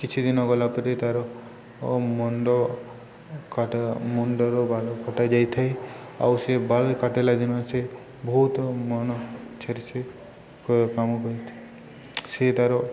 କିଛି ଦିନ ଗଲାପରେ ତା'ର ମୁଣ୍ଡ କାଟ ମୁଣ୍ଡର ବାଲ କଟା ଯାଇଥାଏ ଆଉ ସେ ବାଲ କାଟଲା ଦିନ ସେ ବହୁତ ମନ ଛାର ସେ କ କାମ କରିଥାଏ ସେ ତା'ର